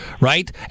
right